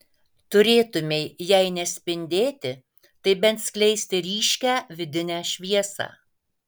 turėtumei jei ne spindėti tai bent skleisti ryškią vidinę šviesą